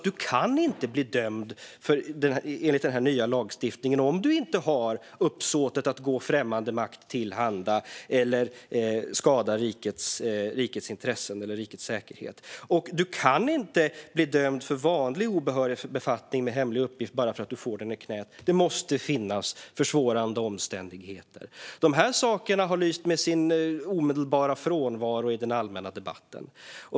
Du kan inte bli dömd enligt denna nya lagstiftning om du inte har uppsåtet att gå främmande makt till handa eller skada rikets intressen eller rikets säkerhet. Du kan inte heller bli dömd för vanlig obehörig befattning med hemlig uppgift bara för att du får den i knät, utan det måste finnas försvårande omständigheter. Dessa saker har lyst med sin frånvaro i den allmänna debatten.